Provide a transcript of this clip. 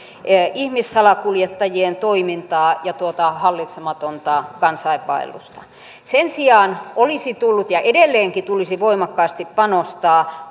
ihmissalakuljettajien toimintaa ja tuota hallitsematonta kansainvaellusta sen sijaan olisi tullut ja edelleenkin tulisi voimakkaasti panostaa